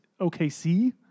OKC